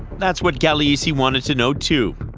that's what gagliese wanted to know, too.